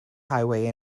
highway